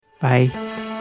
Bye